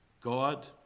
God